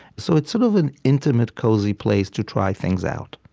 so it's sort of an intimate, cozy place to try things out